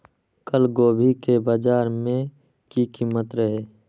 कल गोभी के बाजार में की कीमत रहे?